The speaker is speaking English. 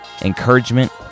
encouragement